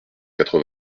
quatre